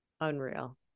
Unreal